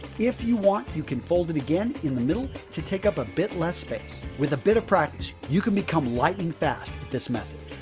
if you want, you can fold it again in the middle to take up a bit less space. with a bit of practice you can become lightning fast with this method.